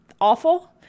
awful